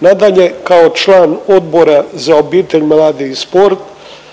Nadalje, kao član Odbora za obitelj, mlade i sport